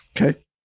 Okay